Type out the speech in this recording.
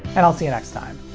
and i'll see you next time!